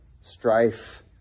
strife